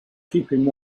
keeping